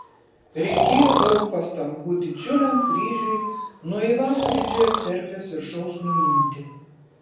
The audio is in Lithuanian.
reikėjo daug pastangų didžiuliam kryžiui nuo ivano didžiojo cerkvės viršaus nuimti